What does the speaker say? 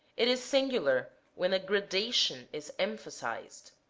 it is singular when a gradation is emphasized